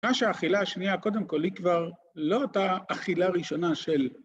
מה שהאכילה השנייה, קודם כל, היא כבר לא אותה אכילה ראשונה של...